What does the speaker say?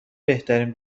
بهترین